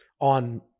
on